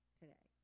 today